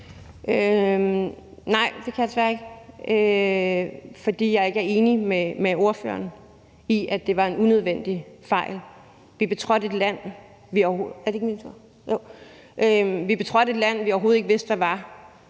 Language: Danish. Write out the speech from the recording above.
Nej, det kan jeg desværre ikke, for jeg er ikke enig med ordføreren i, at det var en unødvendig fejl. Vi betrådte et land, vi overhovedet ikke vidste hvad var.